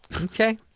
okay